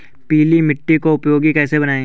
पीली मिट्टी को उपयोगी कैसे बनाएँ?